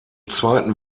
zweiten